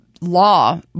law